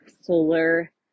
solar